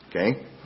Okay